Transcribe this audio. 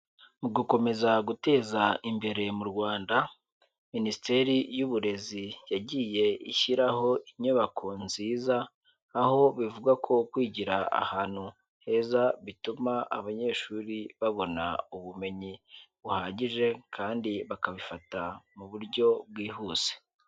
Mu gukomeza guteza imbere mu Rwanda, Minisiteri y'Uburezi yagiye ishyiraho inyubako nziza, aho bivugwa ko kwigira ahantu heza bituma abanyeshuri babona ubumenyi buhagije kandi bakabifata mu buryo bwihuse.